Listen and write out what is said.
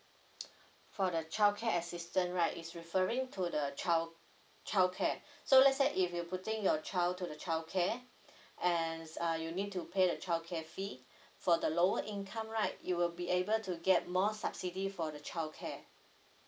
for the childcare assistant right is referring to the child childcare so let's say if you putting your child to the childcare and it's uh you need to pay the childcare fee for the lower income right you will be able to get more subsidy for the childcare